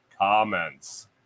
comments